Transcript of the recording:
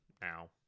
now